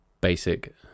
basic